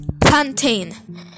plantain